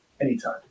anytime